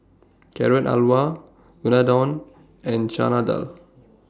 Carrot Halwa Unadon and Chana Dal